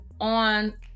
on